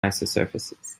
isosurfaces